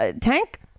Tank